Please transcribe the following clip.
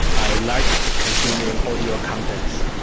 i like consuming audio contents.